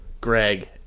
Greg